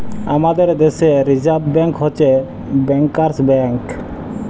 আমাদের দ্যাশে reserve bank হছে ব্যাংকার্স ব্যাংক